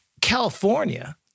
California